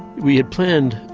we had planned,